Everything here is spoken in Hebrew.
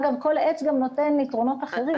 אגב, כל עץ גם נותן יתרונות אחרים.